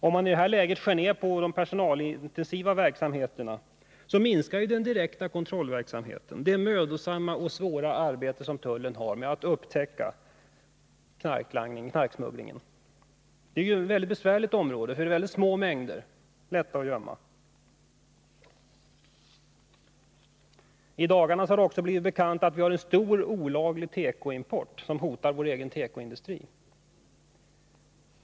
Om man i detta läge skär ner på de personalintensiva verksamheterna, så minskar ju den direkta kontrollverksamheten — det mödosamma och svåra arbete som tullen har med att upptäcka knarksmuggling. Det är ett väldigt besvärligt område, eftersom de smugglade mängderna är små och lätta att gömma. I dagarna har det också blivit bekant att vi har en stor olaglig tekoimport, som hotar vår egen tekoindustri.